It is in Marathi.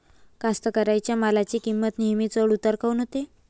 कास्तकाराइच्या मालाची किंमत नेहमी चढ उतार काऊन होते?